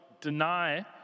deny